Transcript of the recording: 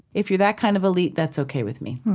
if you're that kind of elite, that's ok with me